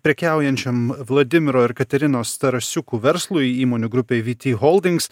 prekiaujančiam vladimiro ir katerinos tarasiukų verslui įmonių grupėj vyty holdings